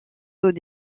sous